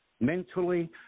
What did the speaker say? mentally